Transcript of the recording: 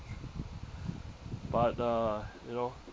but uh you know